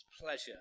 pleasure